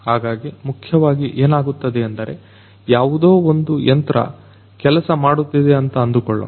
ಹಾಗಾಗಿ ಮುಖ್ಯವಾಗಿ ಏನಾಗುತ್ತದೆಂದರೆ ಯಾವುದೋ ಒಂದು ಯಂತ್ರ ಕೆಲಸ ಮಾಡುತ್ತಿದೆ ಅಂತ ಅಂದುಕೊಳ್ಳೋಣ